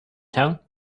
town